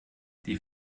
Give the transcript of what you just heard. die